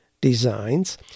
designs